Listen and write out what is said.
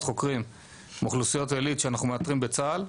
חוקרים מאוכלוסיות עילית שאנחנו מאתרים בצה"ל,